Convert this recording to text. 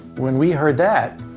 when we heard that,